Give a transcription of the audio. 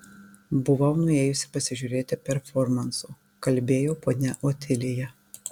buvau nuėjusi pasižiūrėti performansų kalbėjo ponia otilija